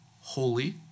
holy